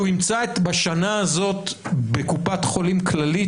שהוא ימצא בשנה הזאת בקופת חולים כללית